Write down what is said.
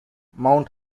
mount